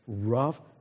Rough